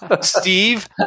Steve